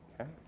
Okay